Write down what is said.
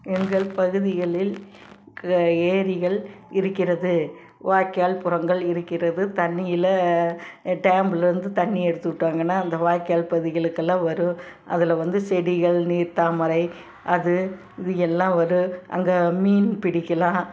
எங்கள் பகுதிகளில் க ஏரிகள் இருக்கிறது வாய்க்கால் புறங்கள் இருக்கிறது தண்ணியில் டேம்லேருந்து தண்ணி எடுத்து விட்டாங்கன்னா அந்த வாய்க்கால் பகுதிகளுக்கெல்லாம் வரும் அதில் வந்து செடிகள் நீர் தாமரை அது இது எல்லாம் வரும் அங்கே மீன் பிடிக்கலாம்